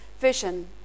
vision